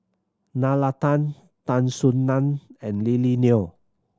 Nalla Tan Tan Soo Nan and Lily Neo